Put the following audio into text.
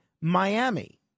Miami